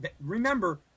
remember